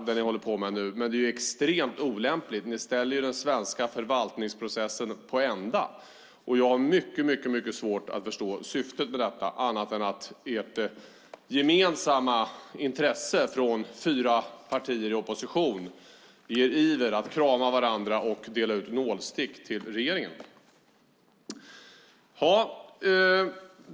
Men det är extremt olämpligt. Ni ställer den svenska förvaltningsprocessen på ända. Jag har mycket svårt att förstå syftet med detta, annat än att det är ett gemensamt intresse från fyra partier i opposition, i er iver att krama varandra och dela ut nålstick till regeringen.